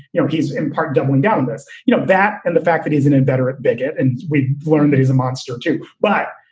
you know, he's in part doubling down on this. you know that and the fact that he's an inveterate bigot. and we learned that he's a monster, too. but,